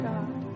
God